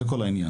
זה כל העניין,